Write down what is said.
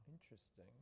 Interesting